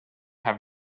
have